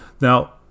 Now